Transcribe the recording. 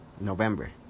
November